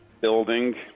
building